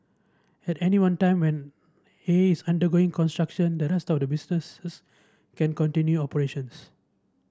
at any one time when A is undergoing construction the rest of the businesses is can continue operations